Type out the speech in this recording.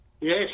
Yes